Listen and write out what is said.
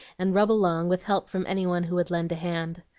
and rub along with help from any one who would lend a hand.